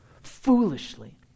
foolishly